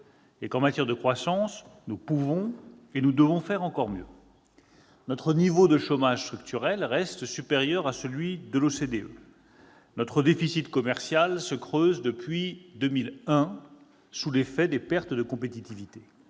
! En matière de croissance, nous pouvons et nous devons faire encore mieux. Notre niveau de chômage structurel reste supérieur à la moyenne des pays de l'OCDE. Notre déficit commercial se creuse depuis 2001 sous l'effet des pertes de compétitivité.